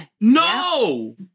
no